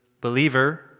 believer